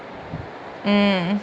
mm